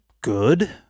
good